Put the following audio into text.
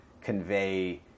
convey